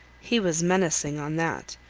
he was menacing on that.